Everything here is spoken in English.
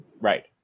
Right